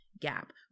gap